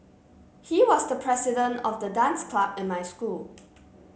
he was the president of the dance club in my school